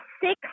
six